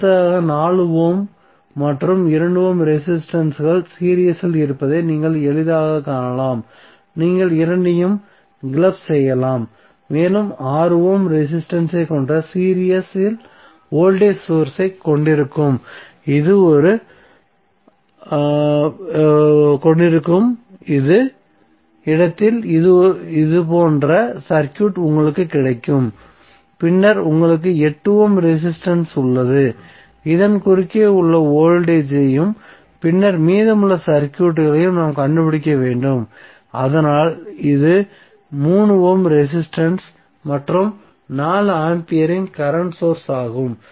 அடுத்ததாக 4 ஓம் மற்றும் 2 ஓம் ரெசிஸ்டன்ஸ்கள் சீரிஸ் இல் இருப்பதை நீங்கள் எளிதாகக் காணலாம் நீங்கள் இரண்டையும் கிளப் செய்யலாம் மேலும் 6 ஓம் ரெசிஸ்டன்ஸ் ஐ கொண்ட சீரிஸ் இல் வோல்டேஜ் சோர்ஸ் ஐ கொண்டிருக்கும் இடத்தில் இது போன்ற சர்க்யூட் உங்களுக்கு கிடைக்கும் பின்னர் உங்களுக்கு 8 ஓம் ரெசிஸ்டன்ஸ் உள்ளது இதன் குறுக்கே உள்ள வோல்டேஜ் ஐயும் பின்னர் மீதமுள்ள சர்க்யூட்டையும் நாம் கண்டுபிடிக்க வேண்டும் அதனால் இது 3 ஓம் ரெசிஸ்டன்ஸ் மற்றும் 4 ஆம்பியரின் கரண்ட் சோர்ஸ் ஆகும்